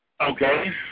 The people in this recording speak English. Okay